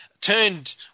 turned –